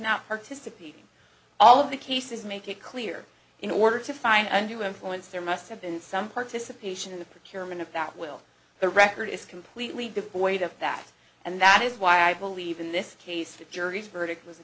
not participate all of the cases make it clear in order to find under the influence there must have been some participation in the procurement of that will the record is completely devoid of that and that is why i believe in this case the jury's verdict was a